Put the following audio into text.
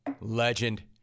Legend